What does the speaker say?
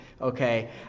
Okay